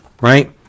right